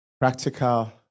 Practical